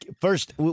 First